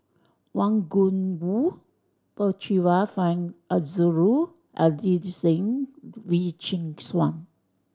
Wang Gungwu Percival Frank Aroozoo Adelene Wee Chin Suan